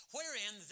Wherein